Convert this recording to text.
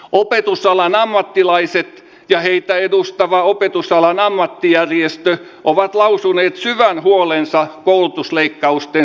opetusalan ammattilaiset ja heitä edustava opetusalan ammattijärjestö ovat lausuneet puoleensa koulutusleikkausten